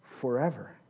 forever